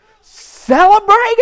Celebrating